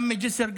גם מג'יסר,